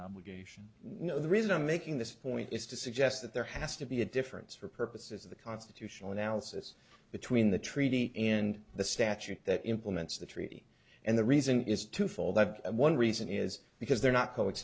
obligation no the reason i'm making this point is to suggest that there has to be a difference for purposes of the constitutional analysis between the treaty and the statute that implements the treaty and the reason is twofold and one reason is because they're not co